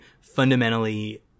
fundamentally